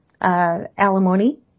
alimony